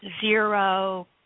zero